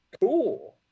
cool